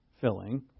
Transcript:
filling